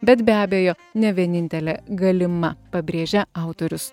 bet be abejo ne vienintelė galima pabrėžia autorius